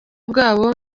bwabo